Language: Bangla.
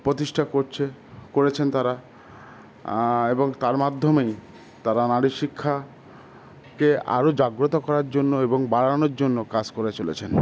প্রতিষ্ঠা করছে করেছেন তারা আর তার মাধ্যমেই তারা নারী শিক্ষাকে আরও জাগ্রত করার জন্য এবং বাড়ানোর জন্য কাজ করে চলেছেন